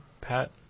Pat